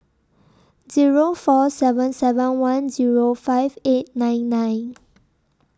Zero four seven seven one Zero five eight nine nine